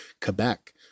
Quebec